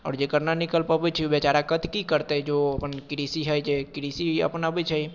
आओर जकर नहि निकलि पबै छै ओ बेचारा करतै कि करतै तऽ जो अपन कृषि हइ जे कृषि अपनाबै छै